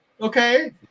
okay